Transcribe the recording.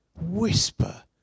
Whisper